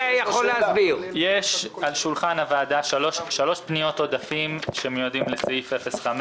יש על שולחן הוועדה שלוש פניות עודפים שמיועדים לסעיף 05,